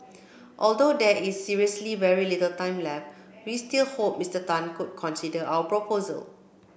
although there is seriously very little time left we still hope Mister Tan could reconsider our proposal